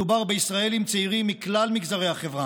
מדובר בישראלים צעירים מכלל מגזרי החברה.